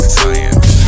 science